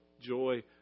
joy